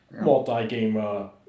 multi-game